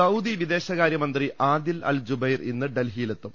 Saudi വിദേശകാരൃമന്ത്രി Adel Al Jubeir ഇന്ന് ഡൽഹിയി ലെത്തും